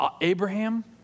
Abraham